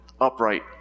upright